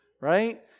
right